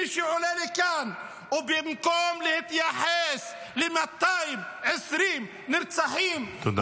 מי שעולה לכאן ובמקום להתייחס ל-220 נרצחים -- תודה.